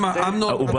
רק